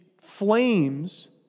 flames